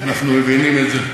אנחנו מבינים את זה.